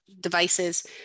devices